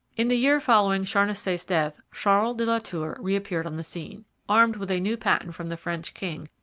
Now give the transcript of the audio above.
in the year following charnisay's death charles de la tour reappeared on the scene. armed with a new patent from the french king,